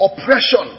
oppression